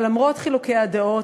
אבל למרות חילוקי הדעות,